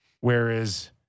Whereas